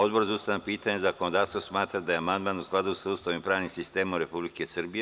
Odbor za ustavna pitanja i zakonodavstvo smatra da je amandman u skladu sa Ustavom i pravnim sistemom Republike Srbije.